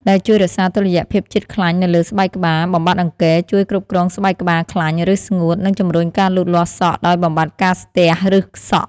ដែលជួយរក្សាតុល្យភាពជាតិខ្លាញ់នៅលើស្បែកក្បាល បំបាត់អង្គែរ ជួយគ្រប់គ្រងស្បែកក្បាលខ្លាញ់ ឬស្ងួត និងជំរុញការលូតលាស់សក់ដោយបំបាត់ការស្ទះឫសសក់។